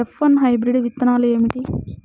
F one hybrid విత్తనాలు ఏమిటి?